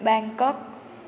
Bangkok